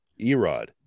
Erod